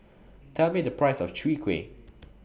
Tell Me The Price of Chwee Kueh